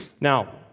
Now